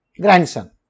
grandson